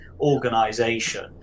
organization